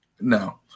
No